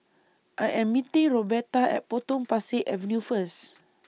I Am meeting Roberta At Potong Pasir Avenue First